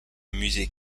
musée